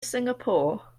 singapore